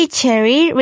Cherry